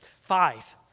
five